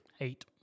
eight